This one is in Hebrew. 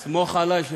אתה כל כך מתגעגע אלי?